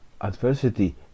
adversity